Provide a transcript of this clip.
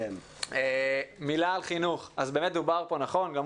גם עוזי התייחס לזה, וגם אחרים.